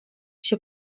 się